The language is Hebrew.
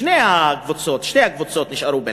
שתי הקבוצות נשארו בליגה.